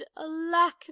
Alack